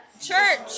church